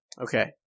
Okay